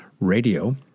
Radio